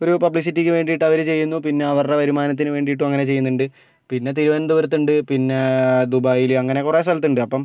ഒരു പുബ്ലിസിറ്റിക്ക് വേണ്ടി അവര് ചെയ്യുന്നു പിന്നെ അവരുടെ വരുമാനത്തിനും ചെയ്യുന്നുണ്ട് അങ്ങനെ ചെയ്യുന്നുണ്ട് പിന്നെ തിരുവനന്തപുരത്തുണ്ട് പിന്നെ ദുബായിൽ അങ്ങനെ കുറെ സ്ഥലത്തുണ്ട് അപ്പം